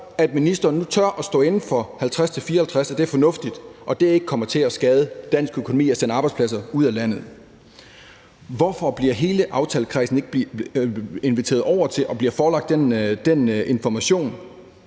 at ministeren nu tør at stå inde for 50-54 pct., og at det er fornuftigt, og at det ikke kommer til at skade dansk økonomi og sende arbejdspladser ud af landet. Hvorfor bliver hele aftalekredsen ikke inviteret over og får forelagt den information